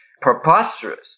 preposterous